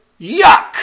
yuck